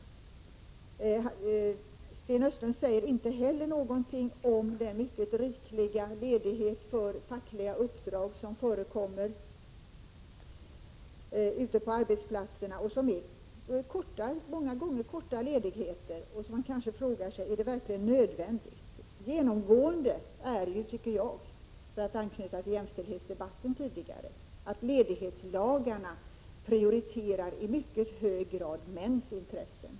Sten Östlund säger inte heller något om den ledighet för fackliga uppdrag som förekommer mycket rikligt ute på arbetsplatserna. Många gånger handlar det om kortare ledigheter, och man kanske kan ifrågasätta om de är nödvändiga. Genomgående är, för att anknyta till jämställdhetsdebatten tidigare, att ledighetslagarna i mycket hög grad prioriterar männens intressen.